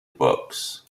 books